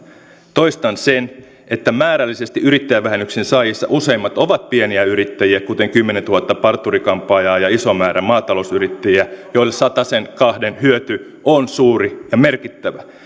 toistan sen että määrällisesti yrittäjävähennyksen saajista useimmat ovat pieniä yrittäjiä kuten kymmenentuhatta parturikampaajaa ja iso määrä maatalousyrittäjiä joille satasen kahden hyöty on suuri ja merkittävä